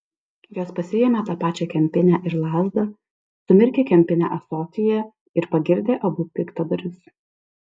jos pasiėmė tą pačią kempinę ir lazdą sumirkė kempinę ąsotyje ir pagirdė abu piktadarius